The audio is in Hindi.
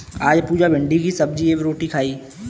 आज पुजा भिंडी की सब्जी एवं रोटी खाई